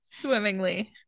swimmingly